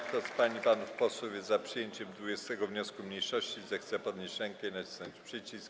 Kto z pań i panów posłów jest za przyjęciem 20. wniosku mniejszości, zechce podnieść rękę i nacisnąć przycisk.